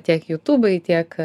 tiek jutūbai tiek